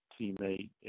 teammate